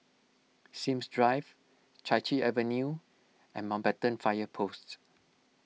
Sims Drive Chai Chee Avenue and Mountbatten Fire Post